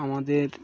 আমাদের